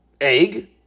egg